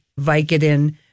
Vicodin